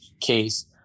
case